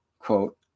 Quote